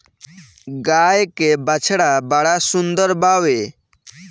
गाय के बछड़ा बड़ा सुंदर बावे